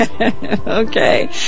Okay